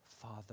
Father